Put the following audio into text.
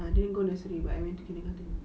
I didn't go nursery but I went to kindergarten